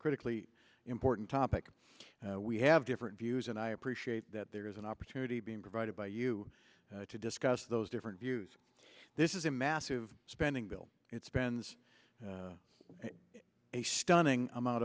critically important topic we have different views and i appreciate that there is an opportunity being provided by you to discuss those different views this is a massive spending bill it spends a